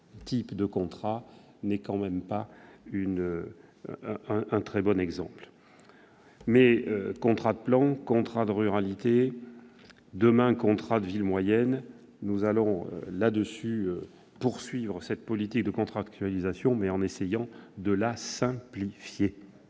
-de types de contrat n'est quand même pas un très bon exemple. Contrats de plan, contrats de ruralité, demain contrats de ville moyenne : nous allons poursuivre cette politique de contractualisation, mais en essayant de la simplifier,